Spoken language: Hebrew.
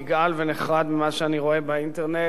נגעל ונחרד ממה שאני רואה באינטרנט,